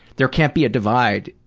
there can't be a divide,